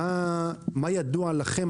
מה ידוע לכם,